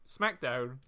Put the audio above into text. SmackDown